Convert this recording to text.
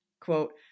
Quote